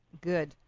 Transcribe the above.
Good